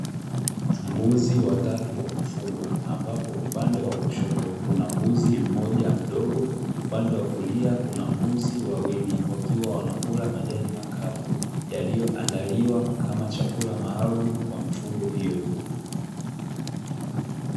Mbuzi watatu wakufugwa ambapo upande wakushoto kuna mbuzi mmoja mdogo, upande wakulia kuna mbuzi wawili wakiwa wanakula majani makavu yaliyoandaliwa kama chakula maalum kwa mifugo hiyo.